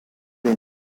est